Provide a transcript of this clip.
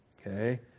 Okay